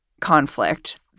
conflict